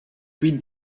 cuite